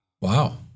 Wow